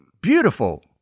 beautiful